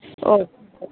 okay